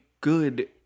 good